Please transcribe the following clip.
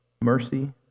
mercy